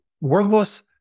worthless